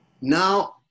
Now